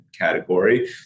category